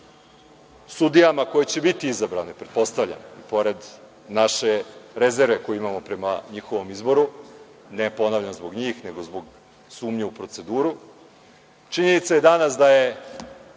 sudijama koje će biti izabrane, pretpostavljam, pored naše rezerve koju imamo prema njihovom izboru, ne ponavljam zbog njih, nego zbog sumnje u proceduru. Činjenica je danas da je